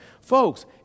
Folks